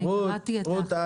אני קראתי את ה --- רות,